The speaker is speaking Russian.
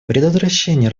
предотвращение